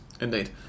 indeed